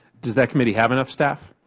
does that committee have enough staff?